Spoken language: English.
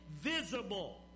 visible